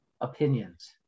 opinions